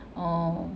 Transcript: orh